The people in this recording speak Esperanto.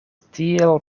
tiel